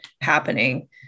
happening